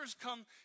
come